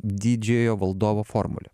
didžiojo valdovo formulę